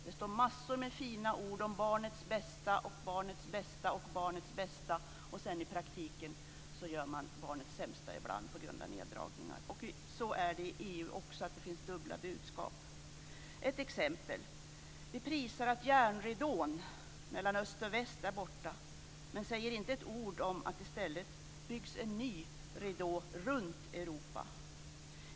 Det står massor med fina ord om barnets bästa och barnets bästa och barnets bästa. I praktiken gör man sedan på grund av neddragningar barnets sämsta. Det finns dubbla budskap i EU också. Ett exempel: Vi prisar att järnridån mellan öst och väst är borta, men vi säger inte ett ord om att det i stället byggs en ny ridå runt Europa.